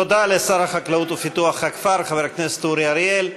תודה לשר החקלאות ופיתוח הכפר חבר הכנסת אורי אריאל.